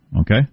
Okay